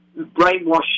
brainwashed